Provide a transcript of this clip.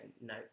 no